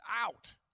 out